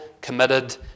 committed